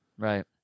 Right